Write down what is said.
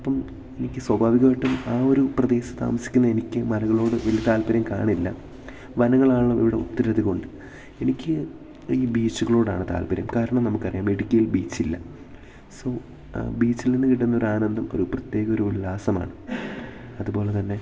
അപ്പം എനിക്ക് സ്വാഭാവികമായിട്ടും ആ ഒരു പ്രദേശത്ത് താമസിക്കുന്ന എനിക്ക് മലകളോട് ഒരു താല്പര്യം കാണില്ല വനങ്ങളാണെങ്കിൽ ഇവിടെ ഒത്തിരി അധികം ഉണ്ട് എനിക്ക് ഈ ബീച്ചുകളോടാണ് താൽപര്യം കാരണം നമുക്കറിയാം ബഡിക്കയില് ബീച്ചില്ല സോ ബീച്ചിൽനിന്ന് കിട്ടുന്ന ഒരു ആനന്ദം ഒരു പ്രത്യേക ഒരു ഉല്ലാസമാണ് അതുപോലെത്തന്നെ